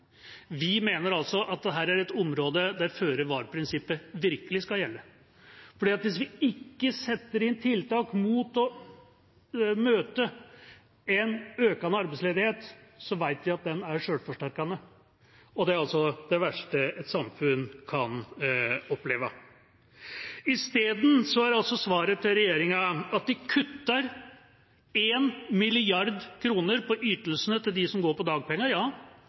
Vi mener at dette er et område der føre-var-prinsippet virkelig skal gjelde. For hvis vi ikke setter inn tiltak mot å møte en økende arbeidsledighet, vet vi at den er selvforsterkende, og det er det verste et samfunn kan oppleve. Isteden er svaret til regjeringa at den kutter 1 mrd. kr på ytelsene til dem som går på dagpenger – ja,